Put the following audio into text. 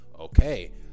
okay